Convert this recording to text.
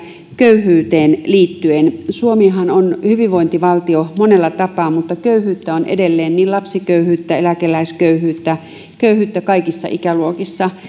köyhyyteen liittyen suomihan on hyvinvointivaltio monella tapaa mutta köyhyyttä on edelleen lapsiköyhyyttä eläkeläisköyhyyttä köyhyyttä kaikissa ikäluokissa